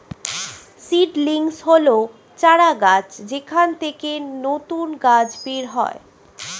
seedlings হল চারাগাছ যেখান থেকে নতুন গাছ বের হয়